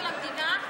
של המדינה?